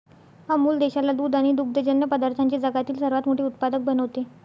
अमूल देशाला दूध आणि दुग्धजन्य पदार्थांचे जगातील सर्वात मोठे उत्पादक बनवते